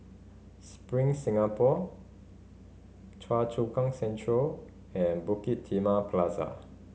Spring Singapore Choa Chu Kang Central and Bukit Timah Plaza